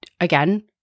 again